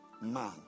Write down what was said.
man